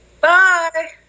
Bye